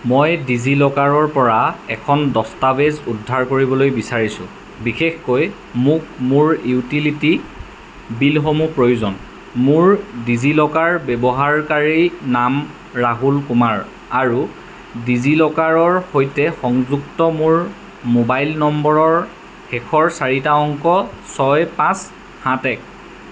মই ডিজি লকাৰৰ পৰা এখন দস্তাবেজ উদ্ধাৰ কৰিবলৈ বিচাৰিছোঁ বিশেষকৈ মোক মোৰ ইউটিলিটি বিলসমূহ প্ৰয়োজন মোৰ ডিজি লকাৰ ব্যৱহাৰকাৰী নাম ৰাহুল কুমাৰ আৰু ডিজি লকাৰৰ সৈতে সংযুক্ত মোৰ মোবাইল নম্বৰৰ শেষৰ চাৰিটা অংক ছয় পাঁচ সাত এক